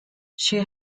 she